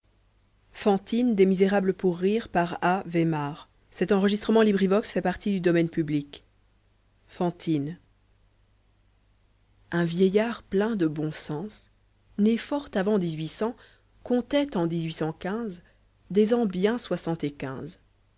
fantine un vieillard plein de bon sens né fort avant dix-huit cents comptait eu dix-huit cent quinze des ans bien soixante et